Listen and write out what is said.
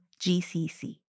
GCC